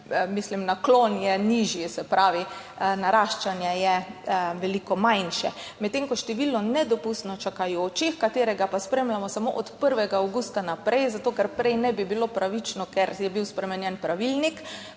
čakajočih, naklon je nižji, se pravi, naraščanje je veliko manjše. Medtem ko je pa število nedopustno čakajočih, ki ga pa spremljamo samo od 1. avgusta naprej, zato ker prej ne bi bilo pravično, ker je bil spremenjen pravilnik,